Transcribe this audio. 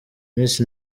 miss